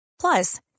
Plus